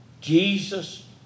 Jesus